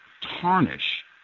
tarnish